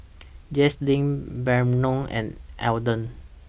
Jaslene Brannon and Alden